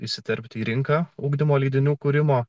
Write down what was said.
įsiterpti į rinką ugdymo leidinių kūrimo